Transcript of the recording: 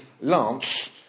Lance